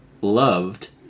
loved